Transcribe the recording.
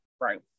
Right